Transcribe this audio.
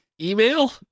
Email